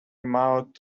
mouth